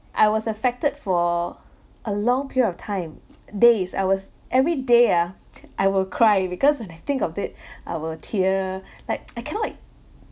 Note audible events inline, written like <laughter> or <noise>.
I was affected for a long period of time <noise> days I was every day ah I will cry because when I think of it I will tear <breath> like <noise> I cannot